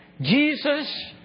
Jesus